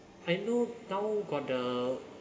I know now got the